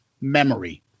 memory